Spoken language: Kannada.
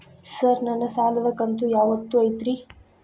ಸರ್ ನನ್ನ ಸಾಲದ ಕಂತು ಯಾವತ್ತೂ ಐತ್ರಿ?